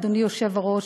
אדוני היושב-ראש,